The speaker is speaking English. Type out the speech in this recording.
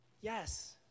yes